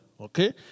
okay